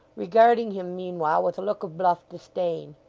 regarding him meanwhile with a look of bluff disdain.